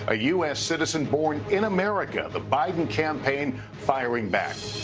ah u s. citizen born in america. the biden campaign firing back.